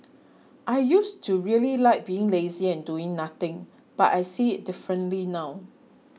I used to really like being lazy and doing nothing but I see it differently now